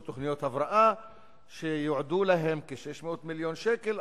תוכניות הבראה שיועדו להן כ-600 מיליון שקל,